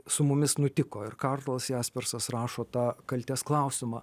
su mumis nutiko ir karlas jaspersas rašo tą kaltės klausimą